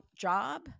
job